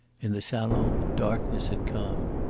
in the salon darkness had come.